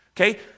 Okay